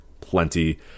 plenty